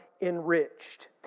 Enriched